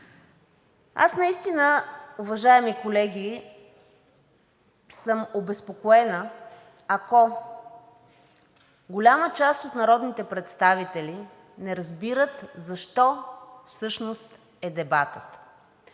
аз наистина съм обезпокоена, ако голяма част от народните представители не разбират защо всъщност е дебатът.